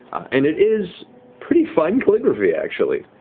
and it is pretty fine calligraphy, actually.